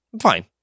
fine